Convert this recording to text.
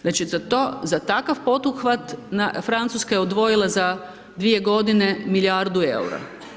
Znači za takav poduhvat Francuska je odvojila za 2 g. milijardu eura.